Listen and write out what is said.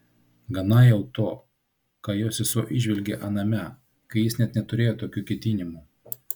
gana jau to ką jo sesuo įžvelgė aname kai jis net neturėjo tokių ketinimų